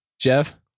Jeff